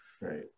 Right